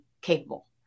capable